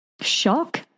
shock